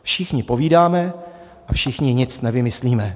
Všichni povídáme a všichni nic nevymyslíme.